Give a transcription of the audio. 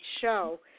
show